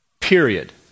Period